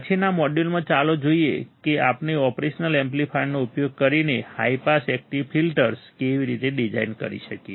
પછીના મોડ્યુલમાં ચાલો જોઈએ કે આપણે ઓપરેશન એમ્પ્લિફાયરનો ઉપયોગ કરીને હાઈ પાસ એકટીવ ફિલ્ટર્સ કેવી રીતે ડિઝાઇન કરી શકીએ